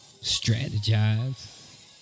strategize